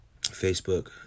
facebook